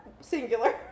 Singular